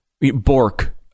Bork